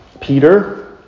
Peter